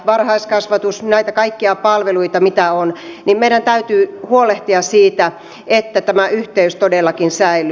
varhaiskasvatus nämä kaikki palvelut mitä on meidän täytyy huolehtia siitä että tämä yhteys todellakin säilyy